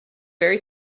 very